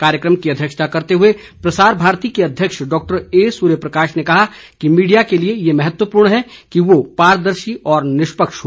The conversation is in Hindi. कार्यक्रम की अध्यक्षता करते हुए प्रसार भारती के अध्यक्ष डॉ ए सूर्य प्रकाश ने कहा कि मीडिया के लिए यह महत्वपूर्ण है कि वो पारदर्शी और निष्पक्ष हो